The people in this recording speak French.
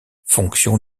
fonction